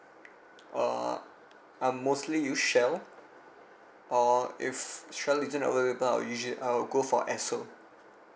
uh I'm mostly use shell uh if shell isn't available I'll usu~ I'll go for esso